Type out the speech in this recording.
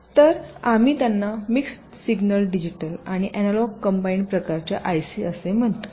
तर आम्ही त्यांना मिक्स सिग्नल डिजिटल आणि एनालॉग कम्बाईन प्रकारच्या आयसी असे म्हणतो